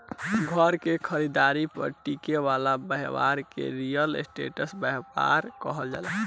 घर के खरीदारी पर टिके वाला ब्यपार के रियल स्टेट ब्यपार कहल जाला